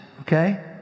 okay